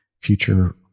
future